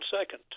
second